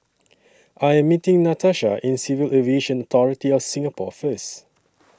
I Am meeting Natasha in Civil Aviation Authority of Singapore First